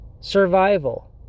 survival